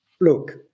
look